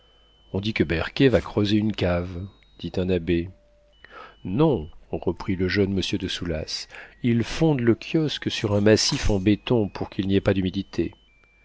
on dit que berquet va creuser une cave dit un abbé non reprit le jeune monsieur de soulas il fonde le kiosque sur un massif en béton pour qu'il n'y ait pas d'humidité